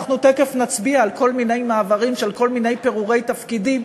אנחנו תכף נצביע על כל מיני מעברים של כל מיני פירורי תפקידים,